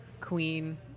queen